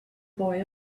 boy